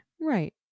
Right